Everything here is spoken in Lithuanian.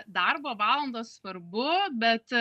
darbo valandos svarbu bet